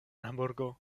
hamburgo